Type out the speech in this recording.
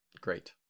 Great